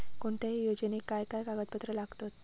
कोणत्याही योजनेक काय काय कागदपत्र लागतत?